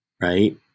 Right